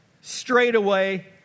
straightaway